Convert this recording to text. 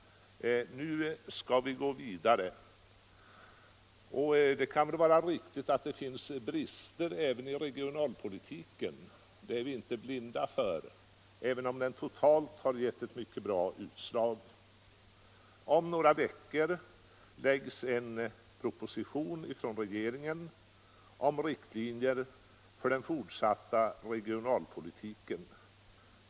Nu skall vi gå vidare. Det kan vara riktigt att det finns brister även i regionalpolitiken — det är vi inte blinda för — även om den totalt har givit ett mycket bra utslag. Om några veckor lägger regeringen fram en proposition om riktlinjer för den fortsatta regionalpolitiken.